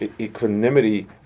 equanimity